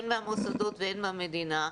הן מהמוסדות והן מהמדינה,